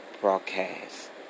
broadcast